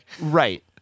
Right